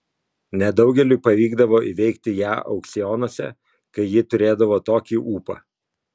nedaugeliui pavykdavo įveikti ją aukcionuose kai ji turėdavo tokį ūpą